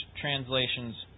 translations